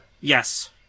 Yes